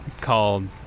called